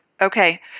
Okay